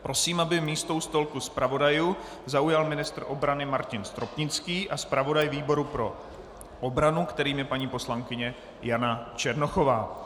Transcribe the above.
Prosím, aby místo u stolku zpravodajů zaujal ministr obrany Martin Stropnický a zpravodaj výboru pro obranu, kterým je paní poslankyně Jana Černochová.